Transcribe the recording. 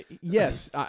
Yes